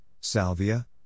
salvia